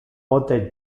pote